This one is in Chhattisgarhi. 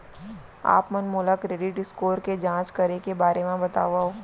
आप मन मोला क्रेडिट स्कोर के जाँच करे के बारे म बतावव?